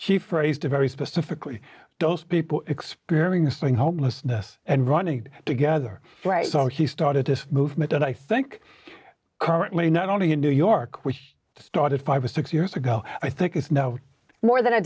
she phrased it very specifically dosed people experiencing homelessness and running together right so he started his movement and i think currently not only in new york which started five or six years ago i think it's no more than a